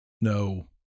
no